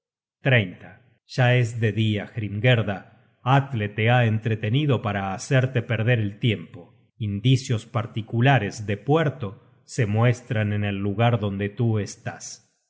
ejército ya es de dia hrimgerda atle te ha entretenido para hacerte perder el tiempo indicios particulares de puerto se muestran en el lugar donde tuestas y